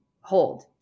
hold